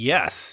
Yes